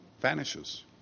vanishes